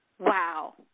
Wow